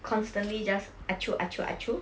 constantly just achoo achoo achoo